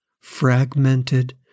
fragmented